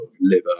liver